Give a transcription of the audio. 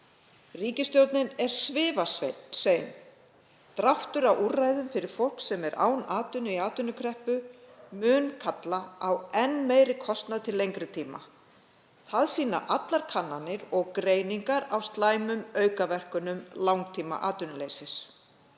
Ríkisstjórnin er svifasein. Dráttur á úrræðum fyrir fólk sem er án atvinnu, í atvinnukreppu, mun kalla á enn meiri kostnað til lengri tíma. Það sýna allar kannanir og greiningar á slæmum aukaverkunum langtímaatvinnuleysis.